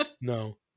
No